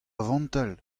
vantell